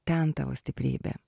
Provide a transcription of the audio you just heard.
ten tavo stiprybė